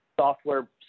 software